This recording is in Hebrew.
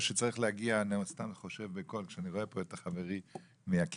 אני סתם חושב בקול כשאני רואה פה את חברי מהקיבוץ,